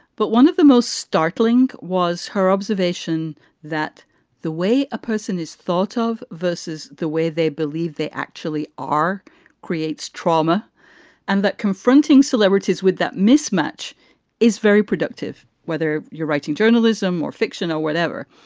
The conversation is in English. but one of the most startling was her observation that the way a person is thought of versus the way they believe they actually are creates trauma and that confronting celebrities with that mismatch is very productive. whether you're writing journalism or fiction or whatever.